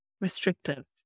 restrictive